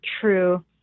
true